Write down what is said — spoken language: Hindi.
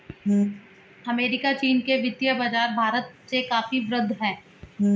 अमेरिका चीन के वित्तीय बाज़ार भारत से काफी वृहद हैं